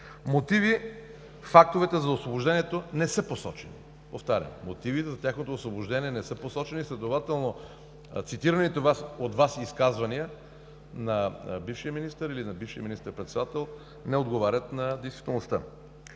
Мотиви и факти за освобождението не са посочени. Повтарям мотиви за тяхното освобождение не са посочени, следователно цитираните от Вас изказвания на бившия министър или на бившия министър-председател не отговарят на действителността.